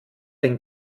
den